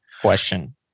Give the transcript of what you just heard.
question